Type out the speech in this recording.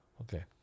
Okay